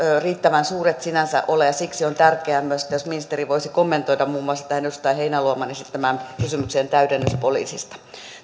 riittävän suuret sinänsä ole ja siksi on tärkeää myös jos ministeri voisi kommentoida muun muassa tähän edustaja heinäluoman esittämään kysymykseen täydennyspoliisista